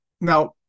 Now